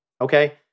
okay